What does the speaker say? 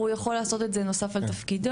הוא יכול לעשות את זה נוסף לתפקידו,